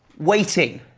waiting.